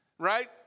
right